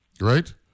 right